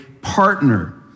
partner